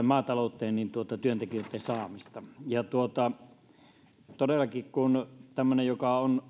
maatalouteen työntekijöitten saamista todellakin kun on tämmöinen joka on